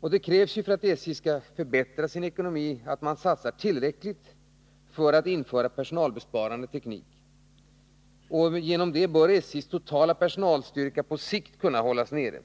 För att förbättra ekonomin krävs att SJ satsar tillräckliga resurser för att införa personalbesparande teknik. Härigenom bör SJ:s totala personalstyrka på sikt kunna hållas nere.